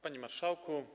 Panie Marszałku!